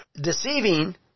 Deceiving